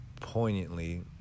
poignantly